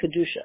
Kedusha